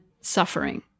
suffering